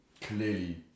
Clearly